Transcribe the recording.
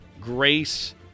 Grace